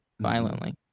violently